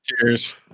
Cheers